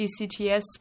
ECTS